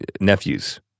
nephews